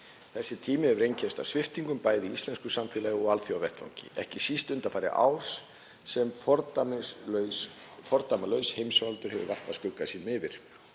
Þessi tími hefur einkennst af sviptingum, bæði í íslensku samfélagi og á alþjóðavettvangi, ekki síst undanfarið ár sem fordæmalaus heimsfaraldur hefur varpað skugga sínum yfir.